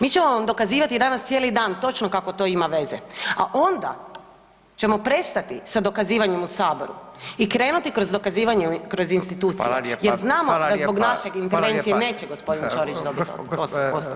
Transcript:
Mi ćemo vam dokazivati danas cijeli dan točno kako to ima veze, a onda ćemo prestati sa dokazivanjem u saboru i krenuti kroz dokazivanje kroz institucije [[Upadica: Hvala lijepa.]] jer znamo da zbog naše intervencije neće gospodin Ćorić dobiti ostavku.